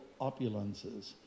opulences